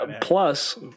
Plus